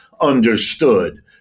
understood